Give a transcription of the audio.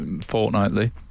fortnightly